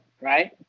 right